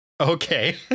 Okay